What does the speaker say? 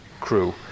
crew